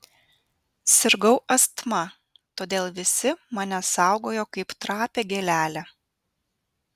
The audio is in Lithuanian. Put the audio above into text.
sirgau astma todėl visi mane saugojo kaip trapią gėlelę